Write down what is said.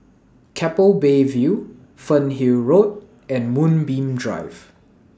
Keppel Bay View Fernhill Road and Moonbeam Drive